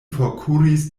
forkuris